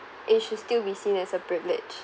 it should still be seen as a privilege